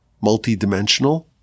multi-dimensional